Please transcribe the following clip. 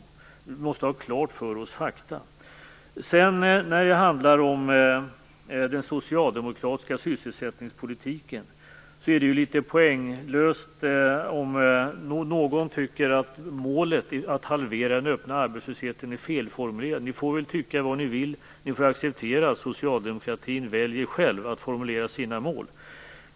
Det måste vi ha klart för oss. När det handlar om den socialdemokratiska sysselsättningspolitiken är det litet poänglöst om någon tycker att målet att halvera den öppna arbetslösheten är felformulerat. Ni får väl tycka vad ni vill. Ni får acceptera att socialdemokratin själv väljer att formulera sina mål.